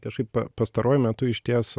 kažkaip pa pastaruoju metu išties